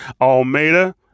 Almeida